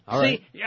See